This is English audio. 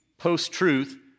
post-truth